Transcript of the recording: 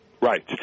Right